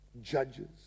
judges